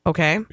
Okay